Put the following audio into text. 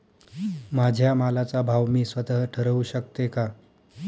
माझ्या मालाचा भाव मी स्वत: ठरवू शकते का?